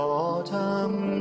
autumn